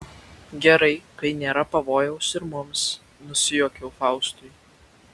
gerai kai nėra pavojaus ir mums nusijuokiau faustui